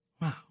Wow